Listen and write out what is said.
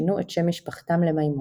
שינו את שם משפחתם למימון.